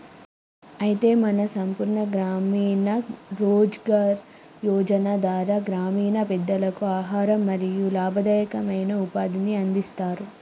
అయితే మన సంపూర్ణ గ్రామీణ రోజ్గార్ యోజన ధార గ్రామీణ పెదలకు ఆహారం మరియు లాభదాయకమైన ఉపాధిని అందిస్తారు